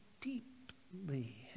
deeply